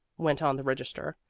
went on the registrar.